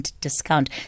discount